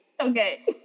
Okay